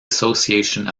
association